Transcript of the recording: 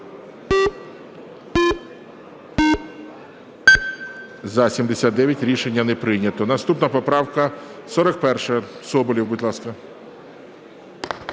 За-79 Рішення не прийнято. Наступна поправка 41, Соболєв. Будь ласка.